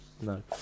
No